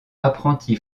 apprenti